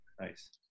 Nice